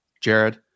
Jared